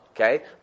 Okay